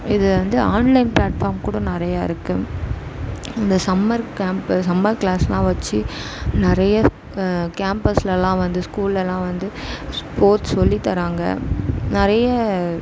இது வந்து online platform கூட நிறையா இருக்குது இந்த சம்மர் கேம்ப்பு சம்மர் க்ளாஸேலாம் வச்சி நிறைய கேம்பஸேலலாம் வந்து ஸ்கூலெலலாம் வந்து ஸ்போர்ட்ஸ் சொல்லி தராங்க நிறைய